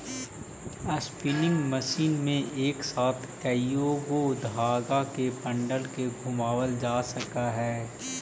spinning machine में एक साथ कएगो धाग के बंडल के घुमावाल जा सकऽ हई